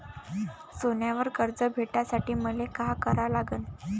सोन्यावर कर्ज भेटासाठी मले का करा लागन?